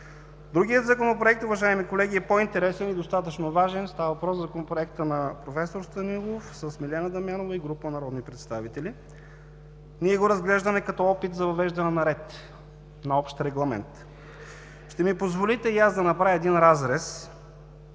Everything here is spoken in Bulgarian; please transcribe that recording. Другият Законопроект, уважаеми колеги, е по-интересен и достатъчно важен. Става въпрос за Законопроекта на проф. Станилов, Милена Дамянова и група народни представители. Ние го разглеждаме като опит за въвеждане на ред, на общ регламент. Ще ми позволите и аз да направя един разрез